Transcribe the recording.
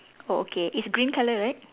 oh okay it's green colour right